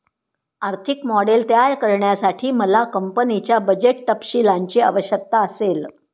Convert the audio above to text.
आर्थिक मॉडेल तयार करण्यासाठी मला कंपनीच्या बजेट तपशीलांची आवश्यकता असेल